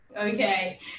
Okay